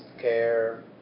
care